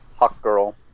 Hawkgirl